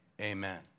Amen